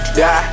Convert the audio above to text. die